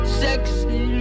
sexy